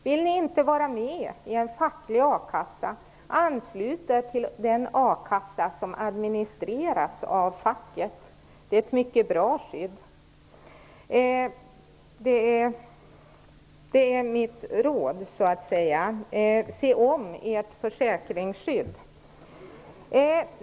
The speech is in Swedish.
Vill de inte vara med i en facklig a-kassa kan de ansluta sig till den a-kassa som administreras av facket. Det är ett mycket bra skydd. Mitt råd är alltså: Se om ert försäkringsskydd.